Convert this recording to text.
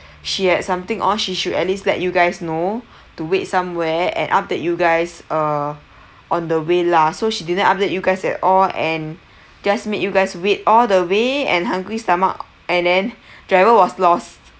she had something on she should at least like you guys know to wait somewhere and update you guys err on the way lah so she didn't update you guys at all and just made you guys wait all the way and hungry stomach and then driver was lost